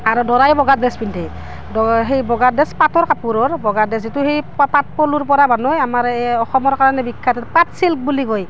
আৰু দৰায়ো বগা ড্ৰেছ পিন্ধে দ সেই বগা ড্ৰেছ পাটৰ কাপোৰৰ বগা ড্ৰেছ যিটো সেই পাট পাট পলুৰপৰা বনায় আমাৰ অসমৰ কাৰণে বিখ্যাত পাট চিল্ক বুলি কয়